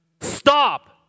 Stop